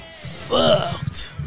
Fucked